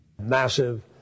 Massive